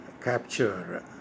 capture